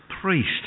priest